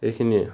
এইখিনিয়ে